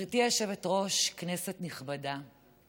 גברתי היושבת-ראש, כנסת נכבדה,